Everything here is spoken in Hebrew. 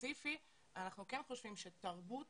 ספציפית אנחנו כן חושבים שתרבות